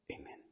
Amen